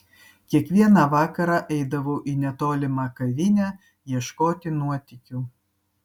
kiekvieną vakarą eidavau į netolimą kavinę ieškoti nuotykių